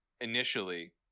initially